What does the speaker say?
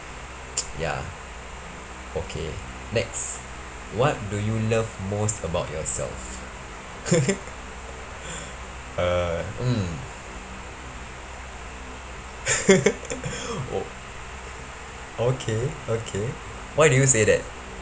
ya okay next what do you love most about yourself uh mm oh okay okay why do you say that